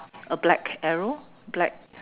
a black arrow black